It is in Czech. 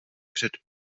před